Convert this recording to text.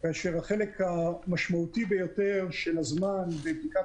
כאשר החלק המשמעותי ביותר של הזמן בבדיקת